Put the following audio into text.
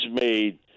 made